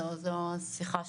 זו שיחה שבעצם.